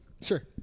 Sure